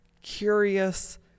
curious